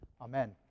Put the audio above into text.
Amen